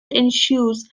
ensues